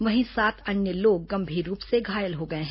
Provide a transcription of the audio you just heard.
वहीं सात अन्य लोग गंभीर रूप से घायल हो गए हैं